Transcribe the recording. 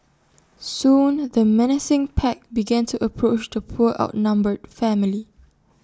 soon the menacing pack began to approach the poor outnumbered family